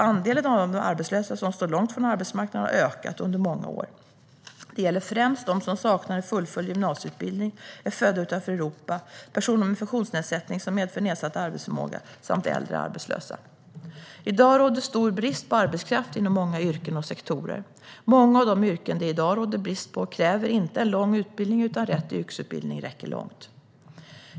Andelen av de arbetslösa som står långt ifrån arbetsmarknaden har ökat under många år. Det gäller främst dem som saknar en fullföljd gymnasieutbildning, dem som är födda utanför Europa, personer med funktionsnedsättning som medför nedsatt arbetsförmåga samt äldre arbetslösa. I dag råder det stor brist på arbetskraft inom många yrken och sektorer. Många av de yrken inom vilka det i dag råder brist på arbetskraft kräver inte en lång utbildning, utan rätt yrkesutbildning räcker långt.